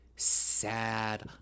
sad